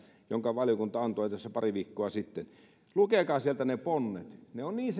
jonka valiokunta antoi tässä pari viikkoa sitten lukekaa sieltä ne ponnet ne ovat niin